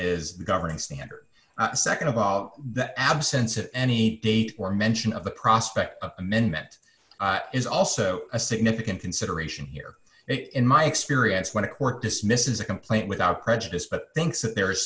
the governing standard nd of all the absence of any date or mention of the prospect of amendment is also a significant consideration here it in my experience when a court dismisses a complaint without prejudice but thinks that there is